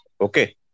okay